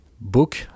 book